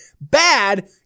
bad